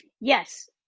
Yes